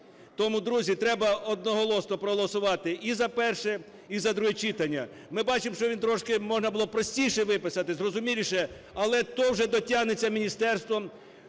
Тому, друзі, треба одноголосно проголосувати і за перше, і за друге читання. Ми бачимо, що він трошки… можна було простіше виписати, зрозуміліше, але то вже дотягнеться міністерством